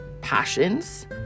passions